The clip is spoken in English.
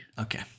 Okay